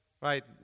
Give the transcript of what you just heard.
Right